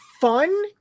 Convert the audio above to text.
fun